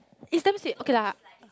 it's damn sweet okay lah